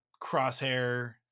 Crosshair